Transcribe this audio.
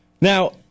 Now